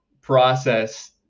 process